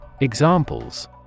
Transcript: Examples